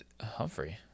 Humphrey